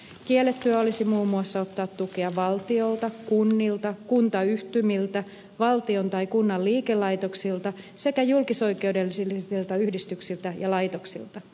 kiellettyä olisi muun muassa ottaa tukea valtiolta kunnilta kuntayhtymiltä valtion tai kunnan liikelaitoksilta sekä julkisoikeudellisilta yhdistyksiltä ja laitoksilta